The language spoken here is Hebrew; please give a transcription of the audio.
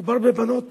מדובר בבנות